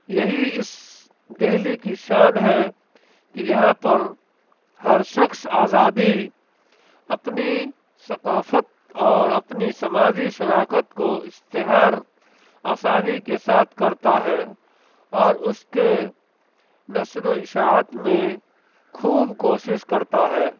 یہی اس دہلی کی شان ہے کہ یہاں پر ہر شخص آزادی اپنی ثقافت اور اپنی سماجی شراکت کو اشتہار آسانی کے ساتھ کرتا ہے اور اس کے نشر و اشاعت میں خوب کوشش کرتا ہے